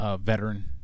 veteran